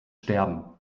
sterben